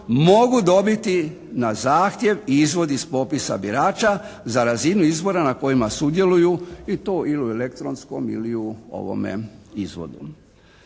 mogu dobiti na zahtjev izvod iz popisa birača za razinu izbora na kojima sudjeluju i to ili u elektronskom ili u ovome izvodu.